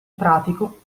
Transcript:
pratico